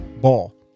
ball